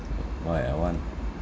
why I want